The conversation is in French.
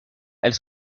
elles